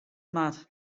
moat